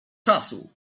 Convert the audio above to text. czasu